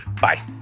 Bye